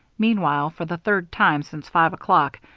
meanwhile, for the third time since five o'clock,